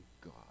God